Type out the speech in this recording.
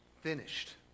Finished